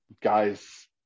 guys –